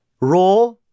Raw